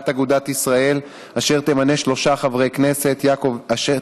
סיעת אגודת ישראל, אשר תמנה שלושה חברי כנסת: יעקב